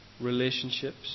relationships